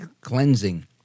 cleansing